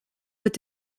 wird